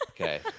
Okay